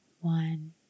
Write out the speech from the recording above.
One